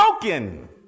broken